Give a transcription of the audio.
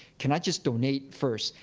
can i just donate first?